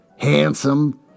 handsome